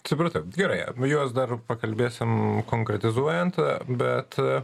supratau gerai apie juos dar pakalbėsim konkretizuojant bet